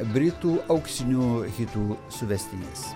britų auksinių hitų suvestinės